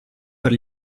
per